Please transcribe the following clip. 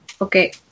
Okay